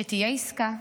שתהיה עסקה,